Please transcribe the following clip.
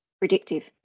predictive